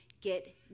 get